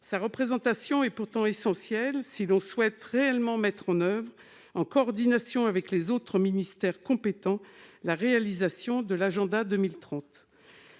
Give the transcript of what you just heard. Sa représentation est pourtant essentielle si l'on souhaite réellement mettre en oeuvre, en coordination avec les autres ministères compétents, la réalisation de l'Agenda 2030.